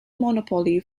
monopoly